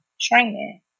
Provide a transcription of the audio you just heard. training